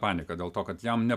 panika dėl to kad jam ne